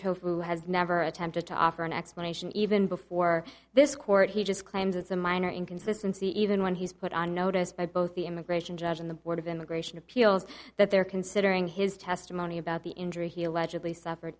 tofu has never attempted to offer an explanation even before this court he just claims it's a minor inconsistency even when he's put on notice by both the immigration judge and the board of immigration appeals that they're considering his testimony about the injury he allegedly suffered